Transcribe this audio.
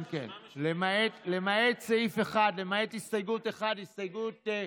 כן, כן, למעט סעיף 1, למעט הסתייגות 1, הסתייגות,